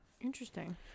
Interesting